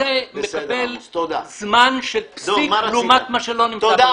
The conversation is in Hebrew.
וזה מקבל זמן של פסיק לעומת מה שלא נמצא ברגולציה.